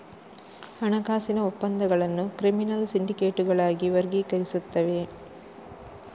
ಹಣಕಾಸಿನ ಒಪ್ಪಂದಗಳನ್ನು ಕ್ರಿಮಿನಲ್ ಸಿಂಡಿಕೇಟುಗಳಾಗಿ ವರ್ಗೀಕರಿಸುತ್ತವೆ